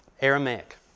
Aramaic